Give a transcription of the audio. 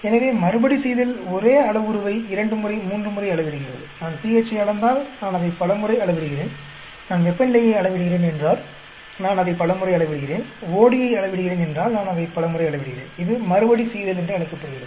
எனவே மறுபடிசெய்தல் ஒரே அளவுருவை இரண்டு முறை மூன்று முறை அளவிடுகிறது நான் pH ஐ அளந்தால் நான் அதை பல முறை அளவிடுகிறேன் நான் வெப்பநிலையை அளவிடுகிறேன் என்றால் நான் அதை பல முறை அளவிடுகிறேன் OD ஐ அளவிடுகிறேன் என்றால் நான் அதை பல முறை அளவிடுகிறேன் இது மறுபடிசெய்தல் என்று அழைக்கப்படுகிறது